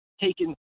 taken